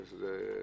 בגלל שזה